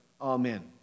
Amen